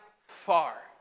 far